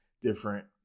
different